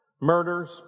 murders